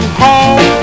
home